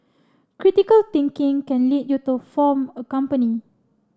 critical thinking can lead you to form a company